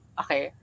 okay